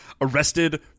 arrested